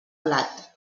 blat